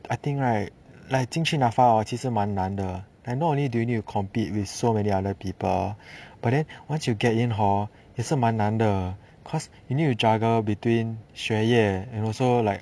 I think right like 进去 NAFA hor 其实蛮难的 like not only do you need to compete with so many other people but then once you get in hor 也是蛮难的 cause you need to juggle between 学业 and also like